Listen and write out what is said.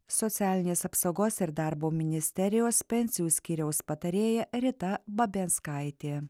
socialinės apsaugos ir darbo ministerijos pensijų skyriaus patarėja rita babianskaitė